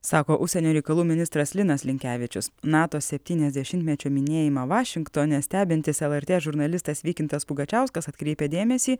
sako užsienio reikalų ministras linas linkevičius nato septyniasdešimtmečio minėjimą vašingtone stebintis lrt žurnalistas vykintas pugačiauskas atkreipia dėmesį